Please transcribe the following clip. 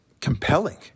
compelling